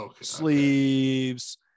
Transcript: sleeves